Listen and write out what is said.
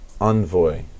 Envoy